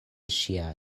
ŝia